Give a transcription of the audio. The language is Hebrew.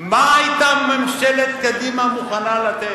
מה היתה ממשלת קדימה מוכנה לתת,